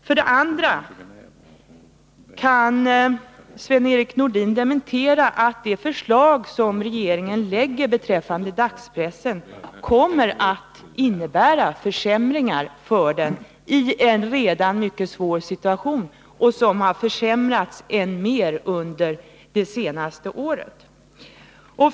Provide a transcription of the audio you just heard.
För det andra: Kan Sven-Erik Nordin dementera att det förslag som regeringen lägger fram beträffande dagspressen kommer att innebära försämringar för den i en redan mycket svår situation, som har försämrats än mer under det senaste året?